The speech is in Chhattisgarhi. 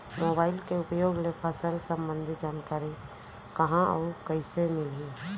मोबाइल के उपयोग ले फसल सम्बन्धी जानकारी कहाँ अऊ कइसे मिलही?